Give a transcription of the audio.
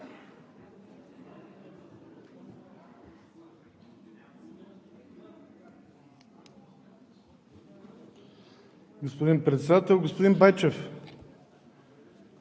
Господин Председател! Господин Байчев,